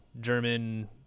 German